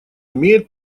имеет